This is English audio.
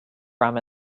rum